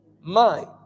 mind